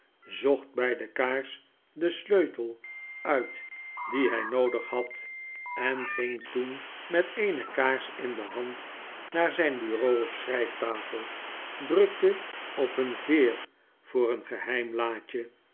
bij de kaars den sleutel uit dien hy noodig had en ging toen met eene kaars in de hand naar zijn bureau of schryftafel drukte op een veer voor een geheim